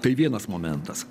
tai vienas momentas